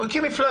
הוא הקים מפלגה,